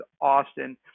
austin